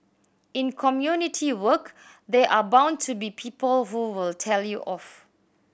in community work there are bound to be people who will tell you off